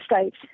States